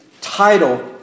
title